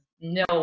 no